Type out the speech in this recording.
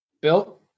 Bill